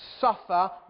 suffer